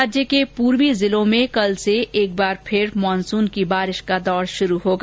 राज्य के पूर्वी जिलों में कल से एक बार फिर मानसून की बारिश का दौर शुरु होगा